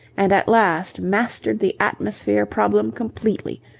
and at last mastered the atmosphere problem completely,